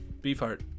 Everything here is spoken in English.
Beefheart